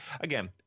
again